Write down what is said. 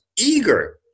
Eager